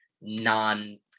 non